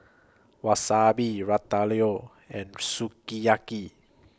Wasabi Ratatouille and Sukiyaki